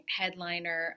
headliner